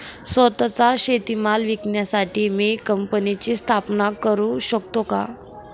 स्वत:चा शेतीमाल विकण्यासाठी मी कंपनीची स्थापना करु शकतो का?